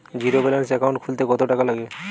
Zero balance account খুলতে কত টাকা লাগে?